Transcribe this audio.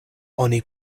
oni